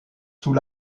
sous